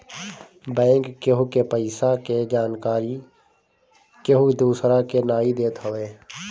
bank केहु के पईसा के जानकरी केहू दूसरा के नाई देत हवे